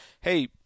hey